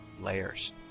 layers